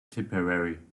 tipperary